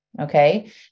Okay